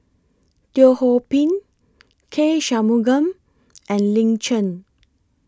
Teo Ho Pin K Shanmugam and Lin Chen